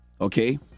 okay